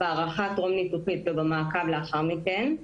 בהערכה הטרום ניתוחית ובמעקב לאחר מכן.